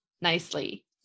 nicely